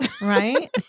Right